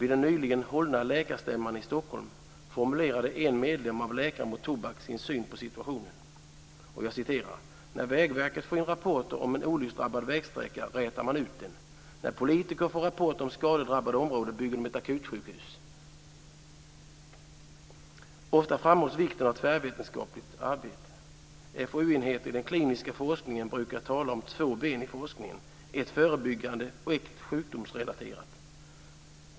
Vid den nyligen hållna läkarstämman i Stockholm formulerade en medlem av Läkare mot tobak sin syn på situationen: "När Vägverket får in rapporter om en olycksdrabbad vägsträcka rätar man ut den. När politiker får rapporter om skadedrabbade områden bygger de ett akutsjukhus." Ofta framhålls vikten av tvärvetenskapligt arbete. FoU-enheter i den kliniska forskningen brukar tala om två ben i forskningen, ett förebyggande och ett sjukdomsrelaterat.